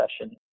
session